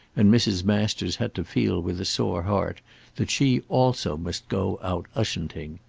and mrs. masters had to feel with a sore heart that she also must go out ushanting.